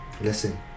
Listen